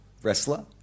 wrestler